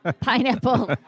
pineapple